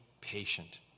patient